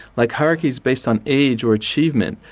like hierarchy based on age or achievement,